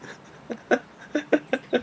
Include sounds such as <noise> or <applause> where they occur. <laughs>